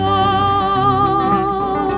oh